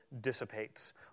dissipates